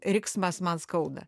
riksmas man skauda